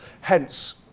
Hence